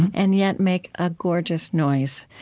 and yet make a gorgeous noise.